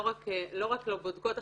לא רק לבודקות החיצוניות,